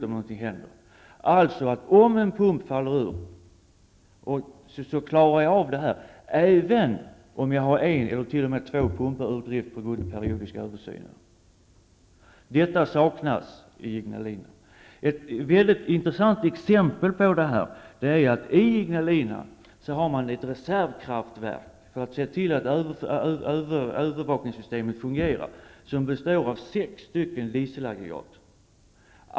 Om alltså en pump slås ut, klarar man det hela även om man skulle ha en eller två pumpar ur drift på grund av t.ex. periodisk översyn. Detta saknas i Ignalina. I Ignalina har man ett reservkraftverk för att se till att övervakningssystemet fungerar. Det består av sex dieselaggregat.